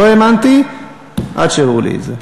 לא האמנתי עד שהראו לי את זה.